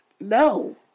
No